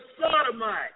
sodomite